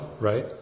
right